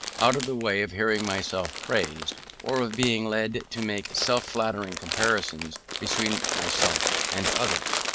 out of the way of hearing myself praised, or of being led to make self-flattering comparisons between myself and others.